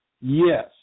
Yes